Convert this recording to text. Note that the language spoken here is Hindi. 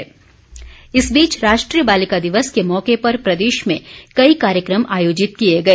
बालिका दिवस इस बीच राष्ट्रीय बालिका दिवस के मौके पर प्रदेश में कई कार्यक्रम आयोजित किए गए